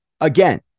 again